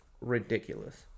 ridiculous